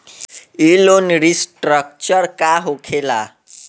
ई loan restructure का होखे ला?